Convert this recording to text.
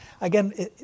Again